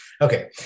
Okay